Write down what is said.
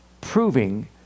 proving